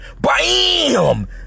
BAM